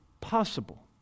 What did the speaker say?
possible